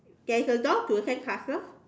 there is a door to the sandcastle